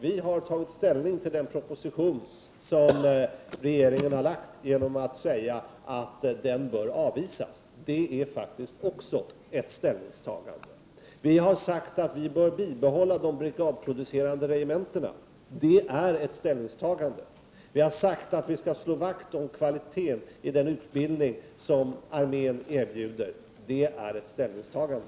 Vi har tagit ställning till den proposition som regeringen har lagt fram, genom att säga att den bör avvisas. Det är faktiskt också ett ställningstagande. Vi har sagt att vi bör bibehålla de brigadproducerande regementena — det är ett ställningstagande. Vi har sagt att vi skall slå vakt om kvaliteten i den utbildning som armén erbjuder — det är ett ställningstagande.